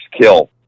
Kill